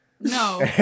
No